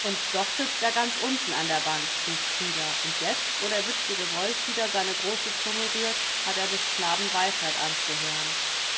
und doch sitzt er ganz unten an der bank rief frida und jetzt wo der witzige wolf wieder seine große zunge rührt hat er des knaben weisheit anzuhören